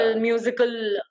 Musical